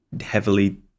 heavily